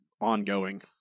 ongoing